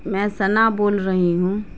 میں ثنا بول رہی ہوں